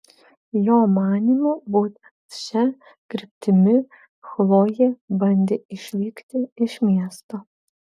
jo manymu būtent šia kryptimi chlojė bandė išvykti iš miesto